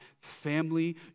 family